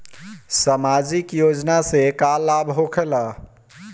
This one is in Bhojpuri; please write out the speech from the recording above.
समाजिक योजना से का लाभ होखेला?